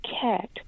cat